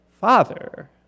Father